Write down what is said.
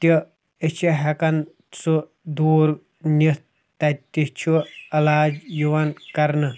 تہِ أسۍ چھِ ہٮ۪کان سُہ دوٗر نِتھ تَتہِ تہِ چھُ علاج یِوان کَرنہٕ